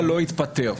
זו גם לא הטענה שלהם.